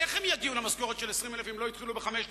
ואיך הן יגיעו למשכורת של 20,000 שקל אם לא יתחילו ב-5,000?